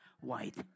white